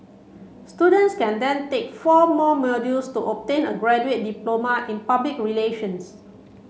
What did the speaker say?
students can then take four more modules to obtain a graduate diploma in public relations